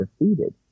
defeated